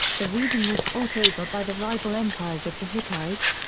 the region was fought over by the rival empires of the hittites,